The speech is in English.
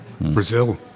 Brazil